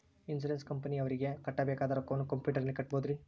Insurance ಕಂಪನಿಯವರಿಗೆ ಕಟ್ಟಬೇಕಾದ ರೊಕ್ಕವನ್ನು ಕಂಪ್ಯೂಟರನಲ್ಲಿ ಕಟ್ಟಬಹುದ್ರಿ?